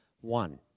One